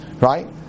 right